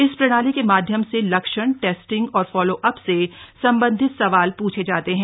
इस प्रणाली के माध्यम से लक्षण टेस्टिंग और फॉलो अप से सम्बन्धित सवाल प्रछे जाते हैं